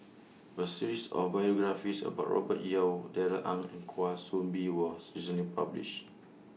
A series of biographies about Robert Yeo Darrell Ang and Kwa Soon Bee was recently published